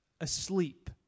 asleep